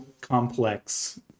complex